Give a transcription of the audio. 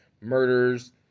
Murders